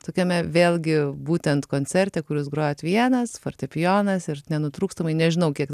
tokiame vėlgi būtent koncerte kur jūs grojot vienas fortepijonas ir nenutrūkstamai nežinau kiek